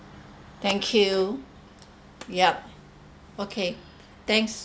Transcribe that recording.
thank you yup okay thanks